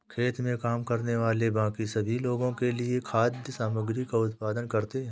खेत में काम करने वाले बाकी सभी लोगों के लिए खाद्य सामग्री का उत्पादन करते हैं